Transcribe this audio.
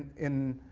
in